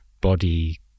body